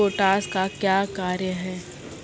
Potash का क्या कार्य हैं?